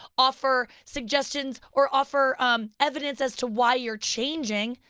offer suggestions or offer evidence as to why you're changing,